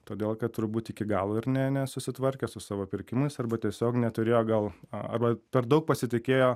todėl kad turbūt iki galo ir ne ne nesusitvarkė su savo pirkimais arba tiesiog neturėjo gal arba per daug pasitikėjo